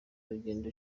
rusengo